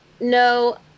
no